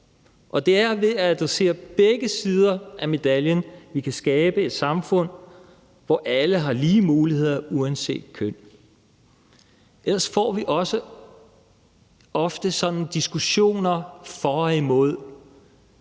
Det er ved at adressere begge sider af medaljen, at vi kan skabe et samfund, hvor alle har lige muligheder uanset køn. Ellers får vi ofte diskussioner om for og imod,